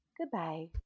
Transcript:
Goodbye